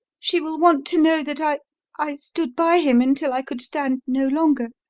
she will want to know that i i stood by him until i could stand no longer.